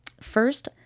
First